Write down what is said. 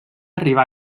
arribà